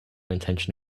intention